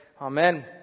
amen